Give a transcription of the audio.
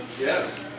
Yes